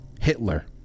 Hitler